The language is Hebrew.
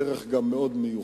בדרך מאוד מיוחדת,